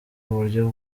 uburyo